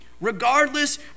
Regardless